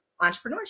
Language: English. entrepreneurship